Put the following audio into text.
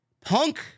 Punk